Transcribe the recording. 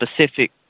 specific